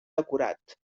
decorat